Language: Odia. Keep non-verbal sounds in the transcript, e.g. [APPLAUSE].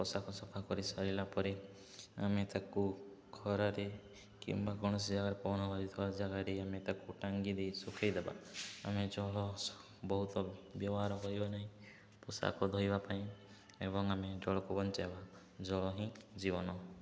ପୋଷାକ ସଫା କରି ସାରିଲା ପରେ ଆମେ ତାକୁ ଖରାରେ କିମ୍ବା କୌଣସି ଜାଗାରେ [UNINTELLIGIBLE] ଜାଗାରେ ଆମେ ତାକୁ ଟାଙ୍ଗି ଦେଇ ଶୁଖାଇ ଦେବା ଆମେ ଜଳ ବହୁତ ବ୍ୟବହାର କରିବ ନାହିଁ ପୋଷାକ ଧୋଇବା ପାଇଁ ଏବଂ ଆମେ ଜଳକୁ ବଞ୍ଚାଇବା ଜଳ ହିଁ ଜୀବନ